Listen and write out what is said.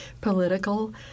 political